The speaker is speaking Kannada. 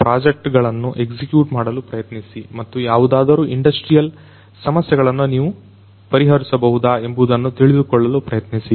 ಪ್ರಾಜೆಕ್ಟ್ ಗಳನ್ನು ಎಕ್ಸಿಕ್ಯೂಟ್ ಮಾಡಲು ಪ್ರಯತ್ನಿಸಿ ಮತ್ತು ಯಾವುದಾದರೂ ಇಂಡಸ್ಟ್ರಿಯಲ್ ಸಮಸ್ಯೆಗಳನ್ನು ನೀವು ಪರಿಹರಿಸಬಹುದು ಎಂಬುದನ್ನು ತಿಳಿದುಕೊಳ್ಳಲು ಪ್ರಯತ್ನಿಸಿ